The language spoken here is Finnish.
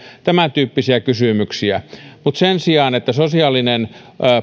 tämäntyyppisiä kysymyksiä mutta sen sijaan sitä en ole kannattanut että sosiaalinen